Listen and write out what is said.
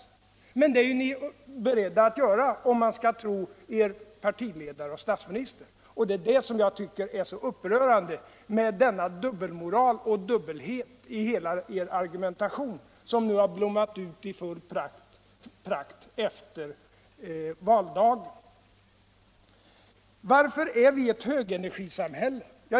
Men ni stoppar ju inga reaktorer och ni är beredda att starta Barsebäck 2, om man skall tro or partiledare och statsminister. Jag tycker att det är upprörande med denna dubbelmoral och denna dubbelhet i hela er argumentation som har blommat ut i full prakt efter valdagen. Varför är Sverige ett högenergisamhälle?